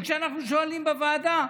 וכשאנחנו שואלים בוועדה: